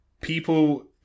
people